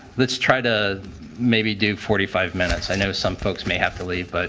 let's try to maybe do forty five minutes. i know some folks may have to leave. but